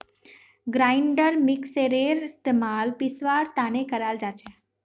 grinder मिक्सरेर इस्तमाल पीसवार तने कराल जाछेक